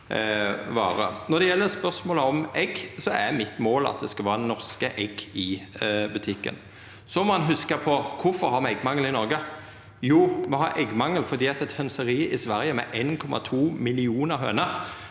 Når det gjeld spørsmålet om egg, er mitt mål at det skal vera norske egg i butikken. Ein må hugsa på kvifor me har eggmangel i Noreg. Me har eggmangel fordi eit hønseri i Sverige med 1,2 millionar høner